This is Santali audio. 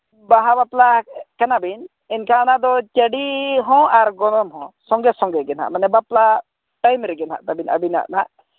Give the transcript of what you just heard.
ᱵᱟᱦᱟ ᱵᱟᱯᱞᱟ ᱠᱟᱱᱟᱵᱤᱱ ᱮᱱᱠᱷᱟᱱ ᱚᱱᱟ ᱫᱚ ᱪᱟᱹᱰᱤ ᱦᱚᱸ ᱟᱨ ᱜᱚᱱᱚᱝ ᱦᱚᱸ ᱥᱚᱸᱜᱮ ᱥᱚᱸᱜᱮ ᱜᱮ ᱱᱟᱜ ᱢᱟᱱᱮ ᱵᱟᱯᱞᱟ ᱴᱟᱭᱤᱢ ᱨᱮᱜᱮ ᱛᱟᱵᱤᱱ ᱟᱹᱵᱤᱱᱟᱜ ᱦᱟᱸᱜ